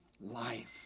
life